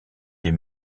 des